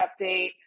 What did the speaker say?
update